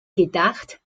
gedacht